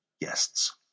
guests